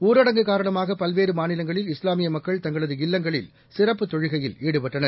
ஊரடங்கு காரணமாக பல்வேறுமாநிவங்களில் இஸ்லாமியமக்கள் தங்களது இல்லங்களில் சிறப்புத் தொழுகையில் ஈடுபட்டனர்